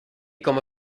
como